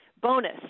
Bonus